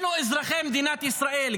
אלה אזרחי מדינת ישראל.